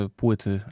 płyty